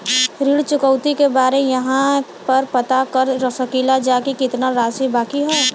ऋण चुकौती के बारे इहाँ पर पता कर सकीला जा कि कितना राशि बाकी हैं?